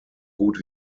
gut